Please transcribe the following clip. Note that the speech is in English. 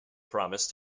promised